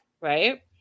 right